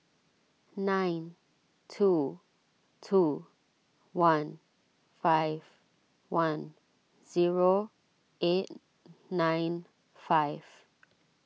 nine two two one five one zero eight nine five